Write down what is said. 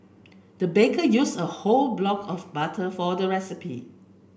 the baker use a whole block of butter for the recipe